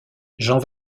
jean